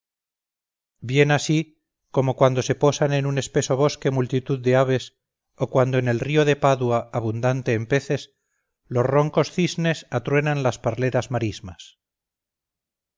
bien así como cuando se posan en un espeso bosque multitud de aves o cuando en el río de padua abundante en peces los roncos cisnes atruenan las parleras marismas